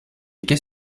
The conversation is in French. qu’est